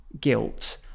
guilt